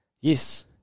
Yes